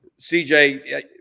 CJ